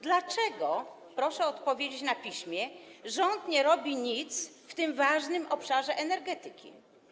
Dlaczego rząd - proszę odpowiedzieć na piśmie - nic nie robi w tym ważnym obszarze energetyki?